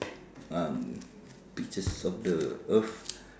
um pictures of the earth